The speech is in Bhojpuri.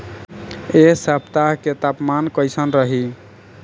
एह सप्ताह के तापमान कईसन रही?